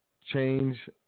change